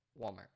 Walmart